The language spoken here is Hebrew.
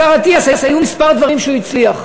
לשר אטיאס היו כמה דברים שהוא הצליח בהם.